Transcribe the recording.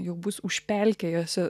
jau bus užpelkėjosi